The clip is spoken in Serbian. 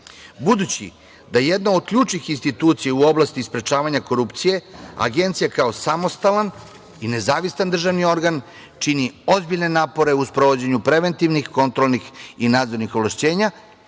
da jedna od ključnih institucija u oblasti sprečavanja korupcije, Agencija kao samostalan i nezavisan državni organ čini ozbiljne napore u sprovođenju preventivnih kontrolnih i nadzornih ovlašćenja